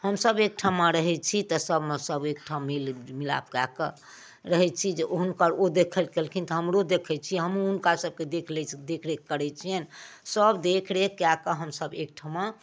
हमसब एकठमा रहै छी तऽ सबमे सब एकठाम मेल मिलाप कए कऽ रहै छी जे हुनकर ओ देख रेख कयलखिन तऽ हमरो देखै छी तऽ हमहुँ हुनका सबकेँ देख रेख करै छियनि सब देख रेख कए कऽ हमसब एकठमा